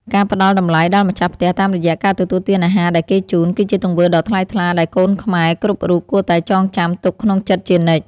ការផ្តល់តម្លៃដល់ម្ចាស់ផ្ទះតាមរយៈការទទួលទានអាហារដែលគេជូន គឺជាទង្វើដ៏ថ្លៃថ្លាដែលកូនខ្មែរគ្រប់រូបគួរតែចងចាំទុកក្នុងចិត្តជានិច្ច។